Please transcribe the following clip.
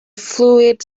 fluid